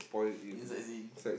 uh sightseeing